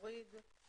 להוריד אותו.